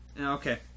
okay